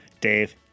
Dave